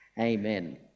Amen